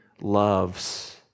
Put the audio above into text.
loves